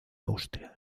austria